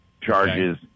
charges